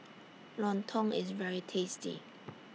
Lontong IS very tasty